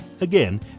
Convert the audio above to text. Again